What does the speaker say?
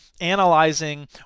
analyzing